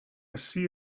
ací